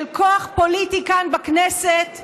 של כוח פוליטי כאן בכנסת.